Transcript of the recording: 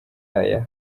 aya